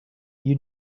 you